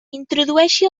introdueixi